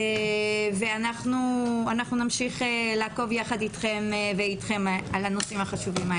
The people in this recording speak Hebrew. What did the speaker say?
אנחנו נמשיך לעקוב יחד איתכם ואיתכן על הנושאים החשובים האלה.